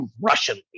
Russian